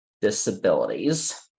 disabilities